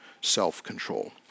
self-control